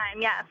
yes